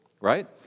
right